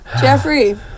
Jeffrey